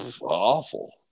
awful